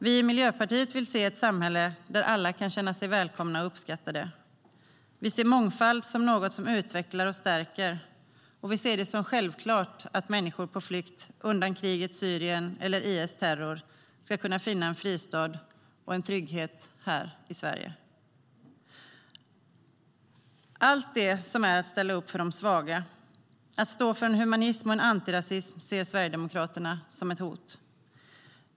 Vi i Miljöpartiet vill se ett samhälle där alla kan känna sig välkomna och uppskattade. Vi ser mångfald som något som utvecklar och stärker, och vi ser det som självklart att människor på flykt undan krigets Syrien eller IS terror ska kunna finna en fristad och en trygghet här i Sverige. Allt det som är att ställa upp för de svaga och att stå för humanism och antirasism ser Sverigedemokraterna som ett hot.